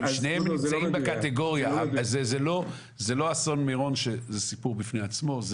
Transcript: שתיהן נמצאים בקטגוריה זה לא אסון מירון שהוא סיפור בפני עצמו,